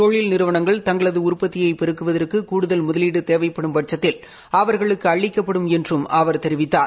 தொழில் நிறுவனங்கள் தங்களது உற்பத்தியை பெருக்குவதற்கு கூடுதல் முதலீடு தேவைப்படும்பட்சத்தில் அவர்களுக்கு அளிக்கப்படும் என்றும் அவர் தெரிவித்தார்